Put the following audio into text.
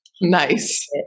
Nice